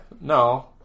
No